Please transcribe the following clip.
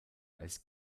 als